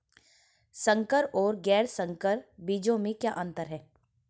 संकर और गैर संकर बीजों में क्या अंतर है?